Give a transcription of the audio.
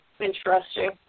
interesting